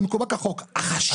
החשש,